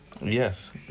yes